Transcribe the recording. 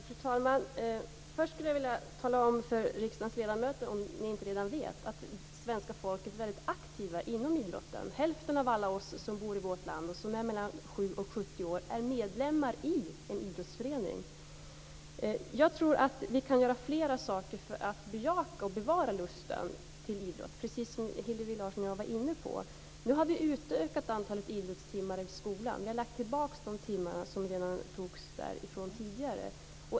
Fru talman! Först vill jag tala om för riksdagens ledamöter, om de inte redan vet det, att svenska folket är väldigt aktivt inom idrotten. Hälften av alla som bor i vårt land mellan 7 och 70 år är medlemmar i en idrottsförening. Jag tror att vi kan göra flera saker för att bejaka och bevara lusten till idrott, precis som Hillevi Larsson och jag var inne på. Nu har vi utökat antalet idrottstimmar i skolan; vi har lagt tillbaka de timmar som togs därifrån tidigare.